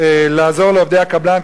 לעזור לעובדי הקבלן,